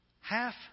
half